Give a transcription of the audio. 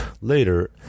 Later